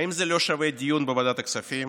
האם זה לא שווה דיון בוועדת הכספים?